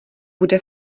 bude